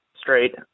straight